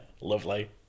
lovely